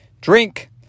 drink